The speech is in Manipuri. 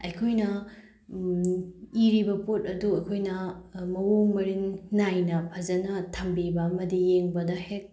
ꯑꯩꯈꯣꯏꯅ ꯏꯔꯤꯕ ꯄꯣꯠ ꯑꯗꯨ ꯑꯩꯈꯣꯏꯅ ꯃꯑꯣꯡ ꯃꯔꯤꯟ ꯅꯥꯏꯅ ꯐꯖꯅ ꯊꯝꯕꯤꯕ ꯑꯃ ꯌꯦꯡꯕꯗ ꯍꯦꯛ